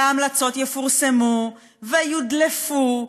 וההמלצות יפורסמו ויודלפו,